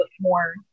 more